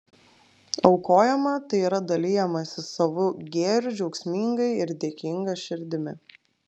aukojama tai yra dalijamasi savu gėriu džiaugsmingai ir dėkinga širdimi